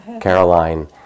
Caroline